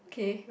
okay